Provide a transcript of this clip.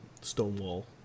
Stonewall